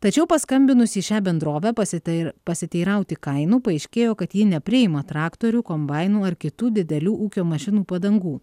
tačiau paskambinus į šią bendrovę pasiteir pasiteirauti kainų paaiškėjo kad ji nepriima traktorių kombainų ar kitų didelių ūkio mašinų padangų